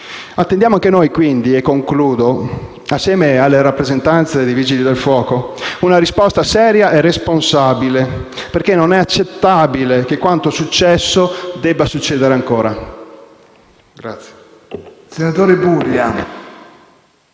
Attendiamo anche noi, e concludo, insieme alle rappresentanze dei vigili del fuoco, una risposta seria e responsabile, perché non è accettabile che quanto è successo debba succedere ancora.